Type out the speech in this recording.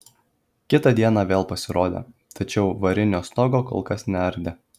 kitą dieną vėl pasirodė tačiau varinio stogo kol kas neardė